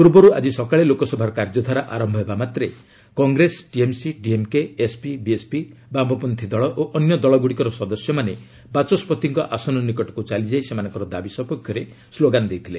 ପୂର୍ବରୁ ଆଜି ସକାଳେ ଲୋକସଭାର କାର୍ଯ୍ୟଧାରା ଆରମ୍ଭ ହେବା ମାତ୍ରେ କଂଗ୍ରେସ ଟିଏମ୍ସି ଡିଏମ୍କେ ଏସ୍ପି ବିଏସ୍ପି ବାମପଚ୍ଛା ଦଳ ଓ ଅନ୍ୟ ଦଳଗୁଡ଼ିକର ସଦସ୍ୟମାନେ ବାଚସ୍କତିଙ୍କ ଆସନ ନିକଟକୁ ଚାଲିଯାଇ ସେମାନଙ୍କ ଦାବି ସପକ୍ଷରେ ସ୍କୋଗାନ ଦେଇଥିଲେ